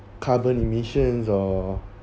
carbon emissions or